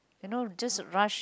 you know just rush